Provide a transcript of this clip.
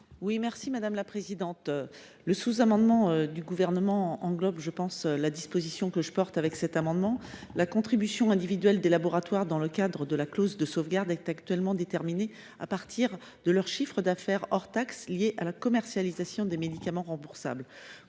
est à Mme Annick Billon. Le sous amendement n° 1378 du Gouvernement englobe la disposition que je vais vous présenter. La contribution individuelle des laboratoires dans le cadre de la clause de sauvegarde est actuellement déterminée à partir de leur chiffre d’affaires hors taxes lié à la commercialisation des médicaments remboursables.